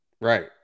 right